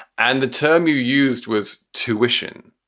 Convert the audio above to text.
and the term you used was tuition,